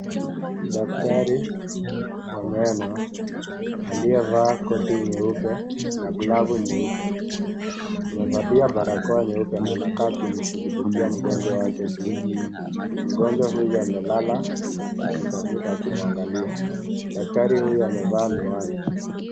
Daktari wa meno aliyevaa koti nyeupe na glavu nyeupe. Amevalia barakoa nyeupe na anakaa akimshughulikia mgonjwa wake jino. Mgonjwa huyu amela kifundafunda akimwangalia. Daktari huyu amevaa miwani.